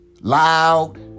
loud